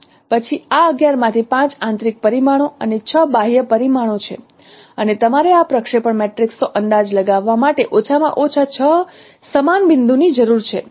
પછી આ 11 માંથી 5 આંતરિક પરિમાણો અને 6 બાહ્ય પરિમાણો છે અને તમારે આ પ્રક્ષેપણ મેટ્રિક્સનો અંદાજ લગાવવા માટે ઓછામાં ઓછા 6 સમાન બિંદુની જરૂર છે